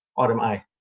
item a.